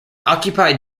occupied